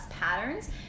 patterns